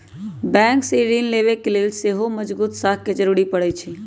bank से ऋण लेबे के लेल सेहो मजगुत साख के जरूरी परै छइ